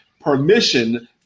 Permission